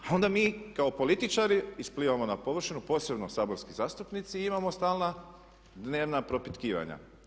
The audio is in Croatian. A onda mi kao političari isplivamo na površinu, posebno saborski zastupnici i imamo stalna dnevna propitkivanja.